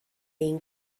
این